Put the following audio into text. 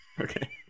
Okay